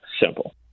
simple